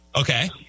Okay